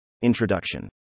Introduction